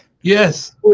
Yes